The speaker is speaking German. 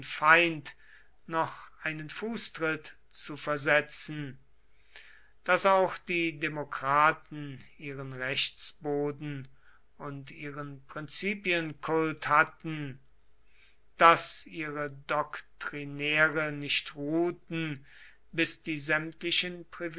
feind noch einen fußtritt zu versetzen daß auch die demokraten ihren rechtsboden und ihren prinzipienkult hatten daß ihre doktrinäre nicht ruhten bis die sämtlichen